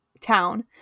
town